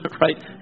right